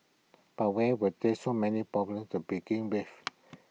but why were there so many problems to begin with